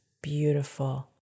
beautiful